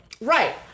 right